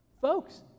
Folks